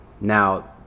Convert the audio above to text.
Now